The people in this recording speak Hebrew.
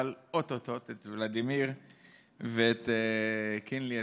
אבל או-טו-טו את ולדימיר ואת קינלי,